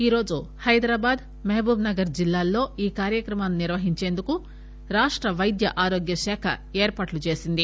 ఈరోజు హైదరాబాద్ మహబూబ్నగర్ జిల్లాల్లో ఈ కార్యక్రమాన్ని నిర్వహించేందుకు రాష్ట్ర వైద్య ఆరోగ్య శాఖ ఏర్పాట్లు చేసింది